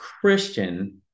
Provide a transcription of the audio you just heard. Christian